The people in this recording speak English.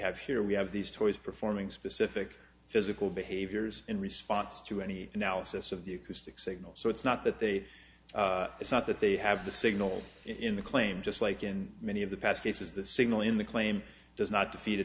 have here we have these toys performing specific physical behaviors in response to any analysis of the acoustic signals so it's not that they it's not that they have the signal in the claim just like in many of the past cases the signal in the claim does not to feed